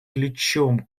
ключом